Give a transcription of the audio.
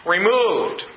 Removed